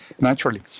naturally